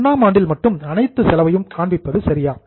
1 ஆம் ஆண்டில் மட்டும் அனைத்து செலவையும் காண்பிப்பது சரியானதா